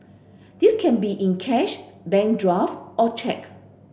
this can be in cash bank draft or cheque